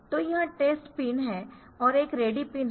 तो यह test pin है और एक रेडी पिन है